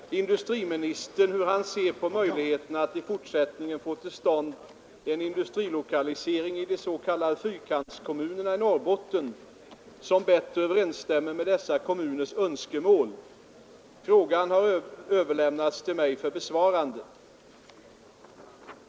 Herr talman! Herr Stridsman har frågat industriministern hur han ser på möjligheterna att i fortsättningen få till stånd en industrilokalisering i de s.k. fyrkantskommunerna i Norrbotten som bättre överensstämmer med dessa kommuners önskemål. Frågan har överlämnats till mig för besvarande.